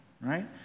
Right